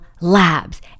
labs